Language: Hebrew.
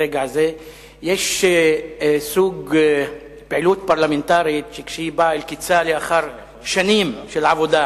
יש סוג פעילות פרלמנטרית שכשהיא באה אל קצה לאחר שנים של עבודה,